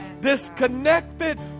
disconnected